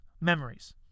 Memories